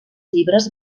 llibres